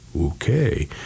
Okay